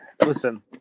Listen